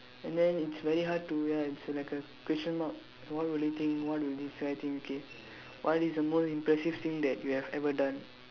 and then it's very hard to ya it's like a question mark what will they think what will this guy think okay what is the most impressive thing that you have ever done